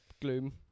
gloom